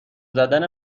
زدن